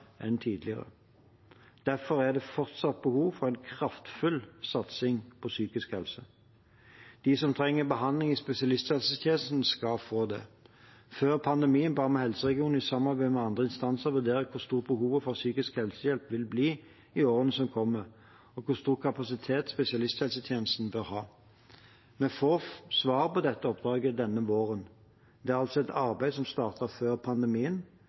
enn tidligere. Derfor er det fortsatt behov for en kraftfull satsing på psykisk helse. De som trenger behandling i spesialisthelsetjenesten, skal få det. Før pandemien ba vi helseregionene i samarbeid med andre instanser vurdere hvor stort behovet for psykisk helsehjelp vil bli i årene som kommer, og hvor stor kapasitet spesialisthelsetjenesten bør ha. Vi får svar på dette oppdraget denne våren. Det er altså et arbeid som startet før pandemien, men som er blitt enda mer aktualisert under pandemien.